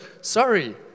Sorry